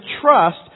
trust